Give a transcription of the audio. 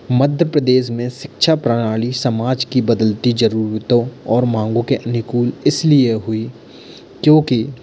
मध्य प्रदेश में शिक्षा प्रणाली समाज की बदलती ज़रूरतों और मामलों के अनुकूल इसलिए हुई क्योंकि